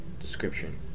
Description